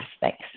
Thanks